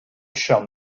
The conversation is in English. shall